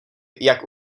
jak